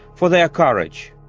for their courage.